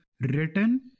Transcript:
written